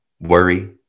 worry